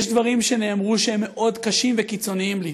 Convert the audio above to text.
יש דברים שנאמרו שהם מאוד קשים וקיצוניים לי,